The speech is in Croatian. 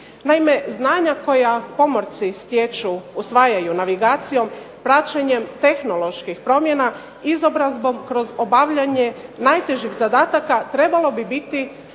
Naime, znanja koja pomorci stječu, usvajaju navigacijom, praćenjem tehnoloških promjena, izobrazbom kroz obavljanje najtežih zadataka trebalo bi biti